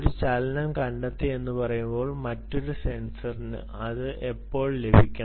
ഒരു ചലനം കണ്ടെത്തി എന്ന് പറയുന്ന മറ്റൊരു സെൻസറിന് അത് ഇപ്പോൾ ലഭിക്കണം